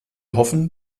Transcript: hoffen